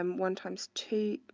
um one times two